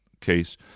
case